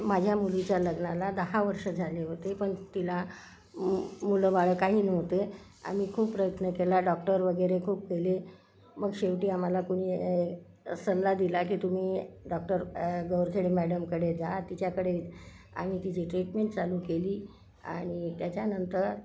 माझ्या मुलीच्या लग्नाला दहा वर्षं झाले होते पण तिला मुलंबाळं काही नव्हते आम्ही खूप प्रयत्न केला डॉक्टर वगैरे खूप केले मग शेवटी आम्हाला कुणी एक सल्ला दिला की तुम्ही डॉक्टर ॲ गोरखेडे मॅडमकडे जा तिच्याकडे आम्ही तिची ट्रीटमेंट चालू केली आणि त्याच्यानंतर